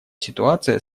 ситуация